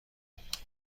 کرد